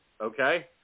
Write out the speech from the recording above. okay